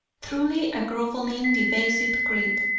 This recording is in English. truly a grovelling, debasing creed.